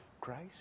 Christ